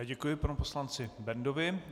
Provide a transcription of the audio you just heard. Děkuji panu poslanci Bendovi.